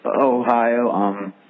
Ohio